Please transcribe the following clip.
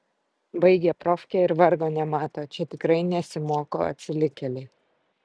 baigia profkę ir vargo nemato čia tikrai nesimoko atsilikėliai